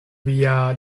via